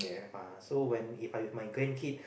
ah so when if my my grandkid